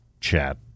chat